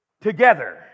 together